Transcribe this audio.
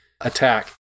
attack